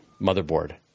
motherboard